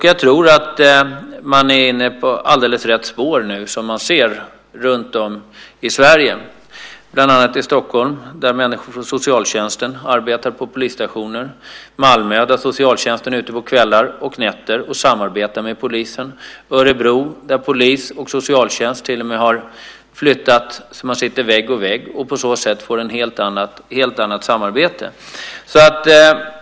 Jag tror att man är inne på rätt spår - som vi kan se runtom i Sverige - bland annat i Stockholm där människor från socialtjänsten arbetar på polisstationer, i Malmö där socialtjänsten är ute på kvällar och nätter och samarbetar med polisen, i Örebro där polis och socialtjänst till och med har flyttat så att de sitter vägg i vägg. På så sätt får de ett helt annat samarbete.